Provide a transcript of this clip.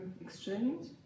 exchange